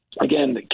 Again